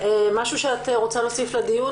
משהו שאת רוצה להוסיף לדיון?